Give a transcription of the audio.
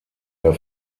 der